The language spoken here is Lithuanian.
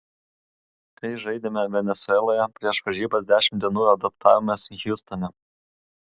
kai žaidėme venesueloje prieš varžybas dešimt dienų adaptavomės hjustone